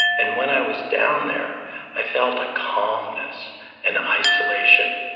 and when i was down there i felt a calmness and isolation.